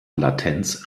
latenz